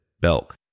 Belk